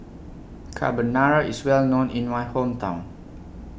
Carbonara IS Well known in My Hometown